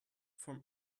from